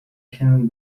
can